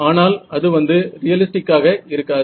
ஆனால் அது வந்து ரியலிஸ்டிக்காக இருக்காது